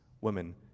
women